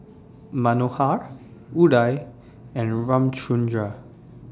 Manohar Udai and Ramchundra